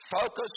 focus